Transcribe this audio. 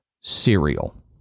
Cereal